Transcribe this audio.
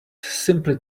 simply